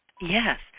Yes